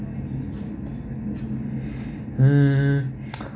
mm